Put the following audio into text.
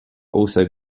also